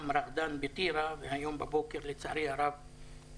"רגדאן" בטירה שהבוקר הרסו אותו לצערי הרב.